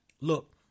look